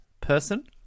person